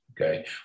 okay